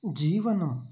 जीवनम्